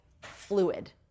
fluid